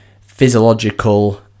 physiological